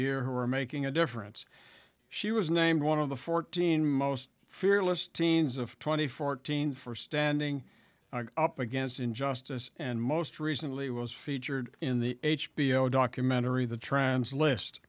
year who are making a difference she was named one of the fourteen most fearless teens of twenty fourteen for standing up against injustice and most recently was featured in the h b o documentary the trans list